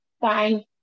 Fine